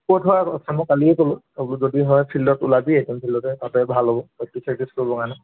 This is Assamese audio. ক'ত হয় মই কালিয়ে ক'লোঁ আৰু বোলো যদি হয় ফিল্ডত ওলাবি সেইখন ফিল্ডতে তাতে ভাল হ'ব প্ৰেকটিছ ছেকটিছ কৰিবৰ কাৰণে